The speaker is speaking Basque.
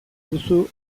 duzu